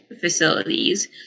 facilities